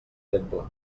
temple